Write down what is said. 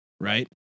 Right